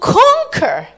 conquer